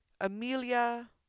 Amelia